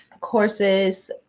courses